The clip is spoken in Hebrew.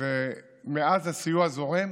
ומאז הסיוע זורם.